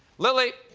lily.